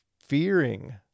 fearing